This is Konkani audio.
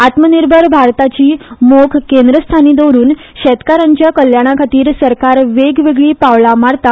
आत्मनिर्भर भारताची मोख केंद्रस्थानार दवरून शेतकारांच्या कल्याणा खातीर सरकार वेगवेगळी पावलां मारता